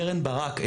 קרן ברק,